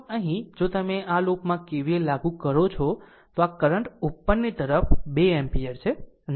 આમ અહીં જો તમે આ લૂપમાં K V L લાગુ કરો છો તો આ કરંટ ઉપરની તરફ 2 એમ્પીયર છે